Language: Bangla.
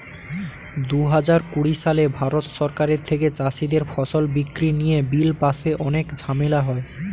দুহাজার কুড়ি সালে ভারত সরকারের থেকে চাষীদের ফসল বিক্রি নিয়ে বিল পাশে অনেক ঝামেলা হয়